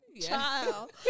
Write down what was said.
Child